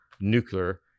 nuclear